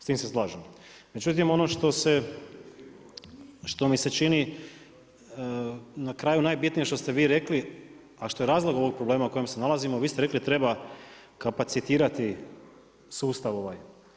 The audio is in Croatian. S tim se slažem, međutim ono što mi se čini na kraju najbitnije što ste vi rekli, a što je razlog ovog problema u kojem se nalazimo, vi ste rekli da treba kapacitirati sustav ovaj.